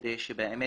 כדי שבאמת